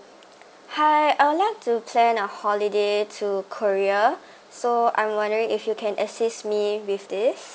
hi I would like to plan a holiday to korea so I'm wondering if you can assist me with this